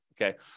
Okay